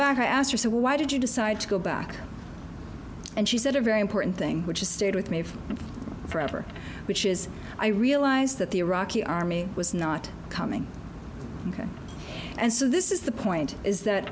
back i asked her so why did you decide to go back and she said a very important thing which has stayed with me forever which is i realized that the iraqi army was not coming and so this is the point is that